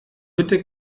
bitte